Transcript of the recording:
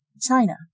China